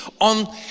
on